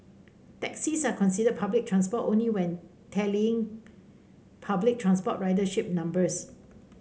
taxis are considered public transport only when tallying public transport ridership numbers